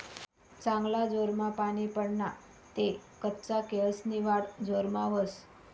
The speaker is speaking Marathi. चांगला जोरमा पानी पडना ते कच्चा केयेसनी वाढ जोरमा व्हस